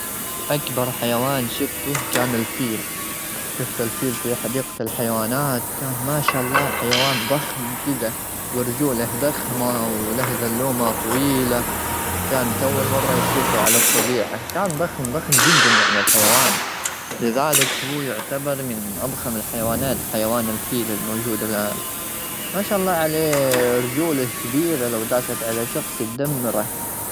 أكبر حيوان شفته كان الفيل. شفت الفيل في حديقة الحيوانات، كان ما شاء الله حيوان ضخم كذا، ورجوله ضخمة وله زلومه طويلة. كانت أول مرة أشوفه على الطبيعة. كان ضخم-ضخم جدا يعني الحيوان. لذلك هو يعتبر من أضخم الحيوانات، حيوان الفيل الموجود الآن. ما شاء الله عليه، رجوله كبيرة. لو داست على شخص، تدمره.